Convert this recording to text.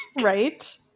Right